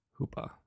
Hoopa